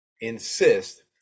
insist